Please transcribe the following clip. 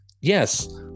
Yes